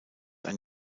ein